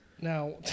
Now